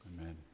Amen